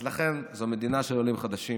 אז לכן זו מדינה של עולים חדשים,